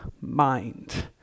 mind